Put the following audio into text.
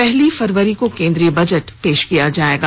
पहली फरवरी को केन्द्रीयबजट पेश किया जायेगा